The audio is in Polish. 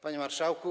Panie Marszałku!